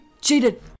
cheated